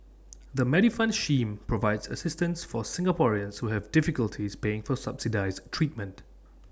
the Medifund scheme provides assistance for Singaporeans who have difficulties paying for subsidized treatment